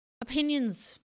opinions